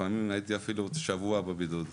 לפעמים הייתי אפילו שבוע בבידוד.